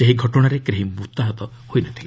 ସେହି ଘଟଣାରେ କେହି ମୃତାହତ ହୋଇ ନଥିଲେ